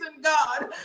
God